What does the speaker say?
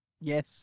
Yes